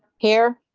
here,